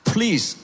Please